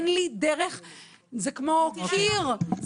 זה כמו קיר,